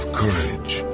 courage